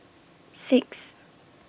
six